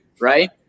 right